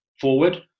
forward